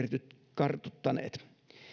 kartuttaneet